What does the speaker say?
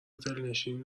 دلنشینی